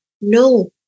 No